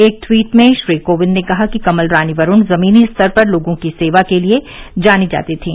एक ट्वीट में श्री कोविंद ने कहा कि कमल रानी वरूण जमीनी स्तर पर लोगों की सेवा के लिए जानी जाती थीं